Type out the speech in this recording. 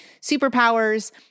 superpowers